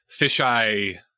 Fisheye